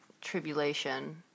tribulation